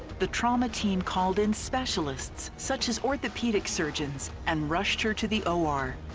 the trauma team called in specialists, such as orthopedic surgeons, and rushed her to the o r.